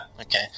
Okay